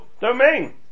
domain